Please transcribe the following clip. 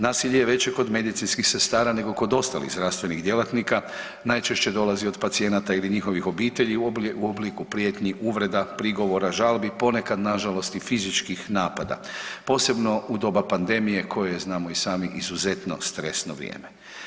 Nasilje je veće kod medicinskih sestara nego kod ostalih zdravstvenih djelatnika, najčešće dolazi od pacijenata ili njihovih obitelji u obliku prijetnji, uvreda, prigovora, žalbi, ponekad nažalost i fizičkih napada, posebno u doba pandemije koje je znamo i sami izuzetno stresno vrijeme.